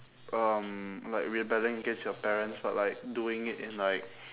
um like rebelling against your parents but like doing it in like